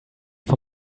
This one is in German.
vom